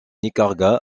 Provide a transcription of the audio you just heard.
nicaragua